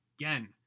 again